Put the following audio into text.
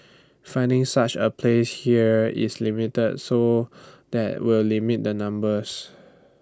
finding such A place here is limited so that will limit the numbers